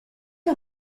que